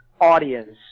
audience